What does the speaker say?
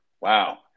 Wow